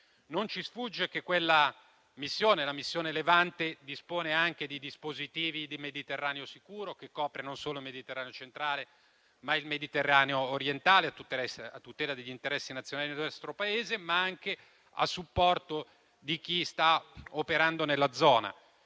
Non ci sfugge che la missione Levante dispone anche dei dispositivi di Mediterraneo sicuro, che copre non solo il Mediterraneo centrale ma anche il Mediterraneo orientale, a tutela degli interessi nazionali del nostro Paese, ma anche a supporto di chi sta operando nella zona.